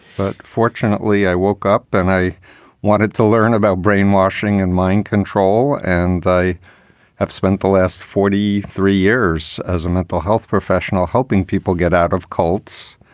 but fortunately i woke up and i wanted to learn about brainwashing and mind control. and i have spent the last forty three years as a mental health professional helping people get out of cults.